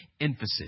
emphasis